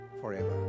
forever